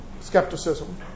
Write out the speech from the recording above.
skepticism